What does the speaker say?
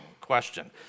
question